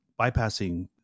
Bypassing